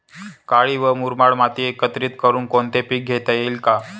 काळी व मुरमाड माती एकत्रित करुन कोणते पीक घेता येईल का?